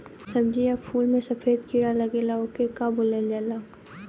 सब्ज़ी या फुल में सफेद कीड़ा लगेला ओके का बोलल जाला?